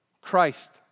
Christ